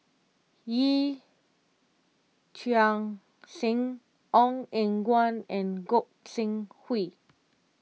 Yee Chia Hsing Ong Eng Guan and Gog Sing Hooi